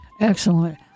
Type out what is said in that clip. excellent